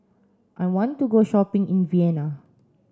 I want to go shopping in Vienna